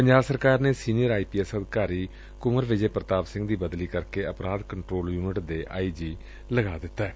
ਪੰਜਾਬ ਸਰਕਾਰ ਨੇ senior I P S ਅਧਿਕਾਰੀ ਕੁੰਵਰ ਵਿਜੇ ਪੁਤਾਪ ਸਿੰਘ ਦੀ ਬਦਲੀ ਕਰਕੇ ਅਪਰਾਧ ਕੰਟਰੋਲ ਯੁਨਿਟ ਦੇ ਆਈ ਜੀ ਲਗਾ ਦਿੱਤੈ